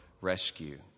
rescue